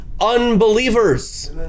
unbelievers